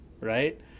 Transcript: right